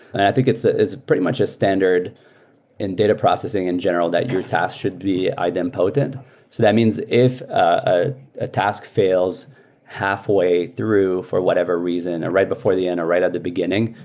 i think it's ah it's pretty much a standard in data processing in general that your task should be idempotent. so that means if a ah task fails half way through for whatever reason or right before the end or right at the beginning,